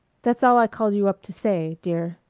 that's all i called you up to say-dear.